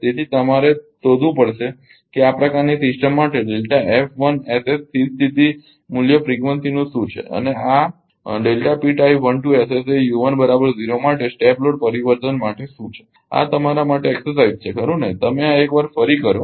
તેથી તમારે શોધવું પડશે કે આ પ્રકારની સિસ્ટમ માટે સ્થિર સ્થિતી મૂલ્ય ફ્રીક્વન્સીનું શું છે અને એ માટે સ્ટેપ લોડ પરિવર્તન માટે શું છે આ તમારા માટે કસરત છે ખરુ ને તમે આ એકવાર ફરી કરો